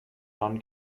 non